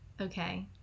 Okay